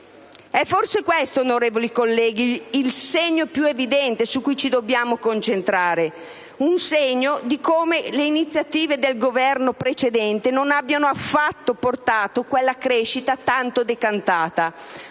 È forse questo, onorevoli colleghi, il segno più evidente su cui ci dobbiamo concentrare; un segno di come le iniziative del Governo precedente non abbiano affatto portato quella crescita tanto decantata,